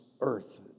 earth